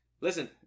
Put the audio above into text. listen